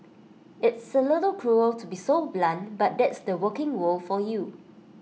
it's A little cruel to be so blunt but that's the working world for you